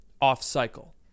off-cycle